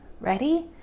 Ready